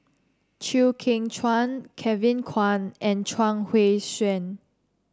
Chew Kheng Chuan Kevin Kwan and Chuang Hui Tsuan